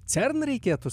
cern reikėtų